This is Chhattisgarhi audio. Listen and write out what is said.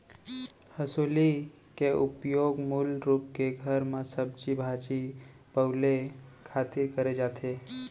हँसुली के उपयोग मूल रूप के घर म सब्जी भाजी पउले खातिर करे जाथे